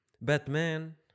Batman